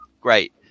Great